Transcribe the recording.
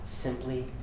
simply